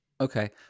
Okay